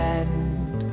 end